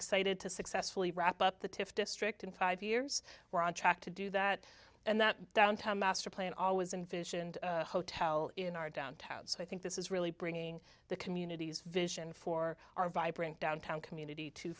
slated to successfully wrap up the tiff district in five years we're on track to do that and that downtown master plan always envisioned a hotel in our downtown so i think this is really bringing the community's vision for our vibrant downtown community to